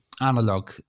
Analog